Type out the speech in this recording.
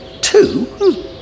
Two